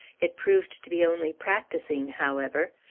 it proved to be only practicing, however.